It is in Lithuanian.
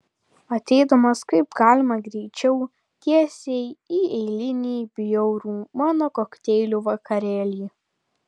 ateidamas kaip galima greičiau tiesiai į eilinį bjaurų mano kokteilių vakarėlį